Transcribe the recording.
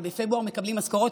בפברואר מקבלים משכורות,